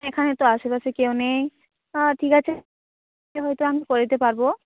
এখানে তো আশেপাশে কেউ নেই হ্যাঁ ঠিক আছে হয়তো আমি করে দিতে পারবো